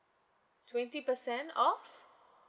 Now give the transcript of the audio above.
twenty percent of